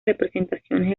representaciones